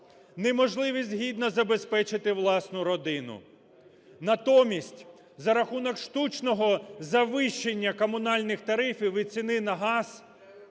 неможливість гідно забезпечити власну родину. Натомість за рахунок штучного завищення комунальних тарифів і ціни на газ